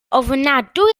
ofnadwy